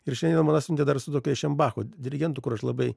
ir šiandien man atsiuntė dar su tokiu šenbachu dirigentu kur aš labai